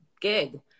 gig